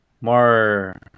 more